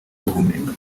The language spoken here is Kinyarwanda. guhumeka